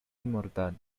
inmortal